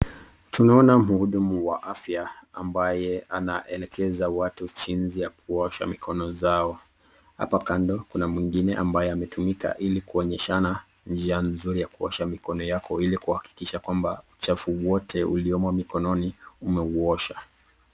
Tunaona mhudumu wa afya ambaye anaelekeza watu jinsi ya kuosha mikono zao. Hapa kando kuna mwingine ambaye ametumika ili kuonyeshana njia mzuri ya kuosha mikono yako ili kuhakikisha kwamba uchafu wote uliomo mikononi umeuosha.